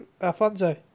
Alfonso